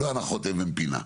לא הנחות אבן פינה,